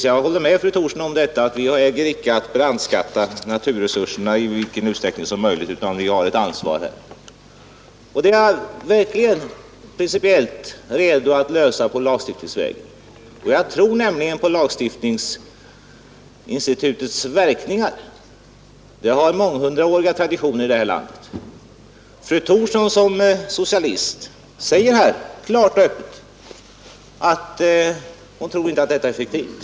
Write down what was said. Jag håller med fru Thorsson om att vi inte har rätt att brandskatta naturresurserna i vilken utsträckning som helst. Vi har ett ansvar, och de åtgärder detta kräver är jag principiellt redo att vidta lagstiftningsvägen. Jag tror nämligen på lagstiftningsinstitutets verkningar. Det har månghundraåriga traditioner i det här landet. Fru Thorsson som socialist säger klart och öppet att hon inte tror att detta är effektivt.